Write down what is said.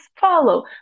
follow